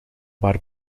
waar